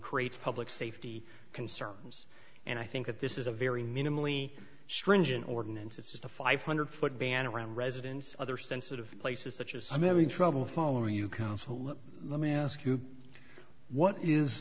creates public safety concerns and i think that this is a very minimally stringent ordinance it's just a five hundred foot ban around residents other sensitive places such as i'm having trouble following you counsel let me ask you what is